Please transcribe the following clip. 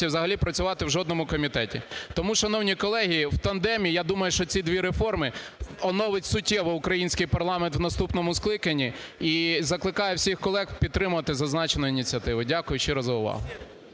взагалі працювати в жодному комітеті. Тому, шановні колеги, в тандемі, я думаю, що ці дві реформи оновить суттєво український парламент в наступному скликанні. І закликаю всіх колег підтримати зазначену ініціативу. Дякую щиро за увагу.